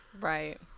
Right